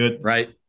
Right